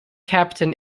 captain